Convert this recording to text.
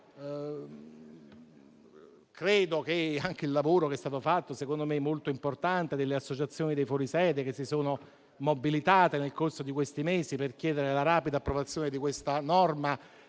Credo anche che il lavoro che è stato fatto, secondo me molto importante, delle associazioni dei fuori sede, che si sono mobilitate nel corso di questi mesi per chiedere la rapida approvazione di questa norma,